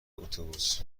اتوبوس